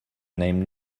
named